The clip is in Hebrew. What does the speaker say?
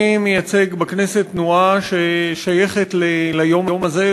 אני מייצג בכנסת תנועה ששייכת ליום הזה,